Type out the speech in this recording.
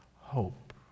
hope